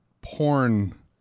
porn